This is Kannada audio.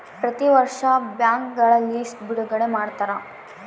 ಪ್ರತಿ ವರ್ಷ ಬ್ಯಾಂಕ್ಗಳ ಲಿಸ್ಟ್ ಬಿಡುಗಡೆ ಮಾಡ್ತಾರ